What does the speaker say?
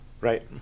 right